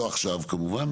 לא עכשיו כמובן,